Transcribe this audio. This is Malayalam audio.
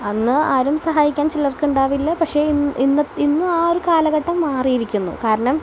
അന്ന് ആരും സഹായിക്കാൻ ചിലർക്ക് ഉണ്ടാവില്ല പക്ഷേ ഇന്ന് ഇന്ന് ഇന്ന് ആ ഒരു കാലഘട്ടം മാറിയിരിക്കുന്നു കാരണം